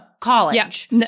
College